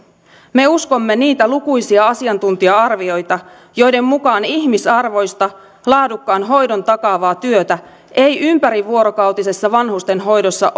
me uskomme niitä lukuisia asiantuntija arvioita joiden mukaan ihmisarvoista laadukkaan hoidon takaavaa työtä ei ympärivuorokautisessa vanhustenhoidossa